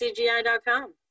cgi.com